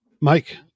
Mike